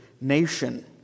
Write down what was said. nation